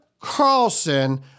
Carlson